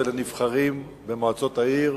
ולנבחרים במועצות העיר.